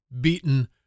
beaten